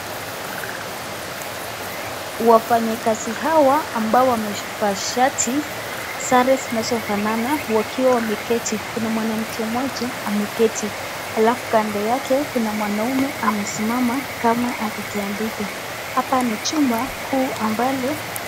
Wafanyakazi hawa ambao wamevaa shati sare zinazofanana wakiwa wameketi kuna mwanamke mmoja ameketi alafu kando yake kuna mwanaume amesimama kama akiandika hapa ni chumba kuu.